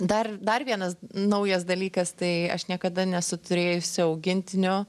dar dar vienas naujas dalykas tai aš niekada nesu turėjusi augintinio